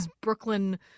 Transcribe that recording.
Brooklyn